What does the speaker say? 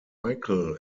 michael